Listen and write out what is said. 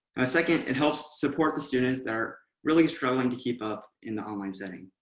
ah second, it helps support the students that are really struggling to keep up in the online setting.